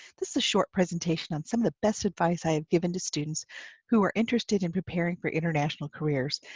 this is a short presentation on some of the best advice i have given to students who are interested in preparing for international careers.